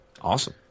awesome